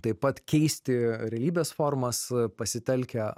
taip pat keisti realybės formas pasitelkę